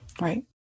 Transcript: right